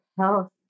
health